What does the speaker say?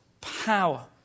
Power